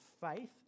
faith